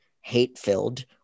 hate-filled